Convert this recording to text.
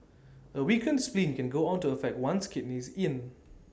A weakened spleen can go on to affect one's Kidney Yin